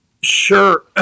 Sure